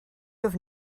have